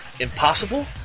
Impossible